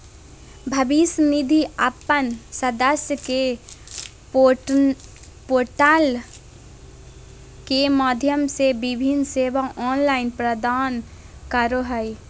भविष्य निधि अपन सदस्य के पोर्टल के माध्यम से विभिन्न सेवा ऑनलाइन प्रदान करो हइ